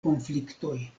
konfliktoj